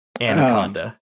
Anaconda